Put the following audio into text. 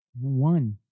one